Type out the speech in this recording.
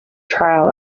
trial